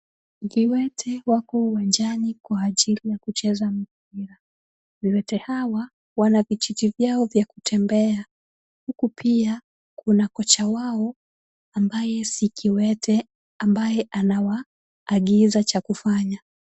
Viwete wako uwanjani kwa ajili ya kucheza mpira. Viwete hawa wana vijiti vyao vya kutembea, huku pia kuna kocha wao ambaye si kiwete ambaye anawaagiza cha kufanya.